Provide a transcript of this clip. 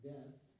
Death